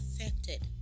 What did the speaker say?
affected